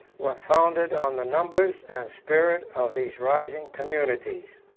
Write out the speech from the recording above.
were founded on the numbers and spirit of these rising communities.